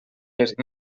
les